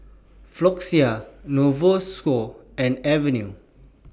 Floxia Novosource and Avene